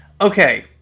Okay